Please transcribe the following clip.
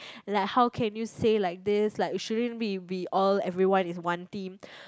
like how can you say like this like shouldn't we we all everyone is one team